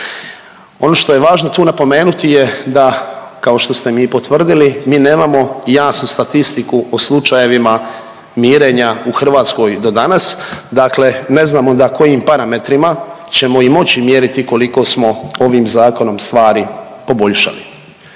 Ono što je važno tu napomenuti je da, kao što ste mi i potvrdili, mi nemamo jasnu statistiku o slučajevima mirenja u Hrvatskoj do danas, dakle ne znamo na kojim parametrima ćemo i moći mjeriti koliko smo ovim zakonom stvari poboljšali,